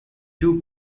two